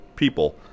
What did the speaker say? People